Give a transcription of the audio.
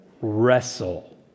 wrestle